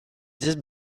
just